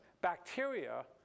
bacteria